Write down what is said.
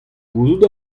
gouzout